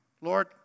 Lord